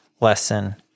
lesson